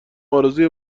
ارزوی